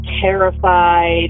terrified